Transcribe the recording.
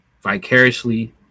vicariously